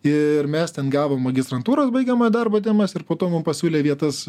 ir mes ten gavom magistrantūros baigiamojo darbo temas ir po to mum pasiūlė vietas